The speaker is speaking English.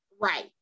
right